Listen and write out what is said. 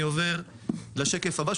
אני עובר לשקף הבא,